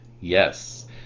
yes